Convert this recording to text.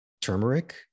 turmeric